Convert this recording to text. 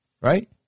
right